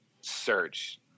search